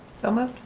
so moved.